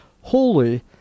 holy